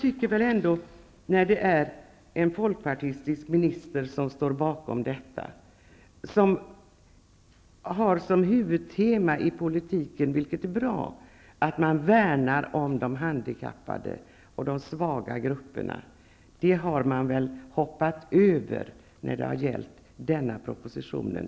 Bakom förslaget står en fokpartistisk minister, som har som huvudtema i politiken -- vilket är bra -- att man värnar om de handikappade och de svaga grupperna. Det har man väl hoppat över när det har gällt den här propositionen.